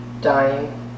dying